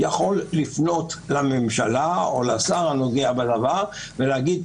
יכול לפנות לממשלה או לשר הנוגע בדבר ולהגיד: